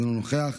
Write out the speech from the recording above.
אינו נוכח,